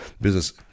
business